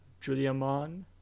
Juliamon